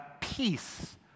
peace